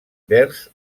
vers